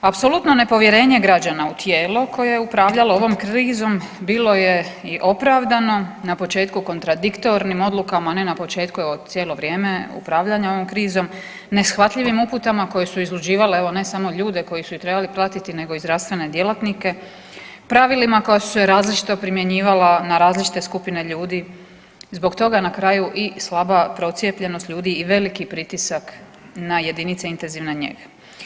Apsolutno nepovjerenje građana u tijelo koje je upravljalo ovom krizom bilo je i opravdano, na početku kontradiktornim odlukama, ne na početku evo cijelo vrijeme upravljanja ovom krizom, neshvatljivim uputama koje su izluđivale evo ne samo ljude koji su ih trebali pratiti nego i zdravstvene djelatnike pravilima koja su se različito primjenjivala na različite skupine ljudi i zbog toga je kraju i slaba procijepljenost ljudi i veliki pritisak na jedinice intenzivne njege.